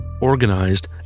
organized